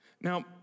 Now